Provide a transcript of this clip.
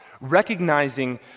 recognizing